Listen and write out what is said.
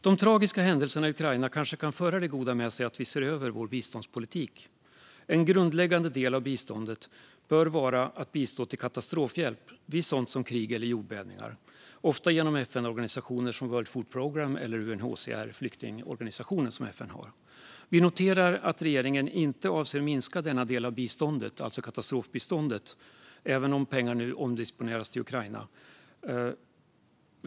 De tragiska händelserna i Ukraina kanske kan föra det goda med sig att vi ser över vår biståndspolitik. En grundläggande del av biståndet bör vara att bistå med katastrofhjälp vid sådant som krig eller jordbävningar, ofta genom FN-organisationer som World Food Programme eller FN:s flyktingorgan UNHCR. Vi noterar att regeringen inte avser att minska denna del av biståndet - alltså katastrofbiståndet - även om pengar nu omdisponeras till Ukraina.